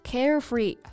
Carefree